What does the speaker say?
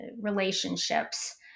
relationships